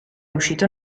uscito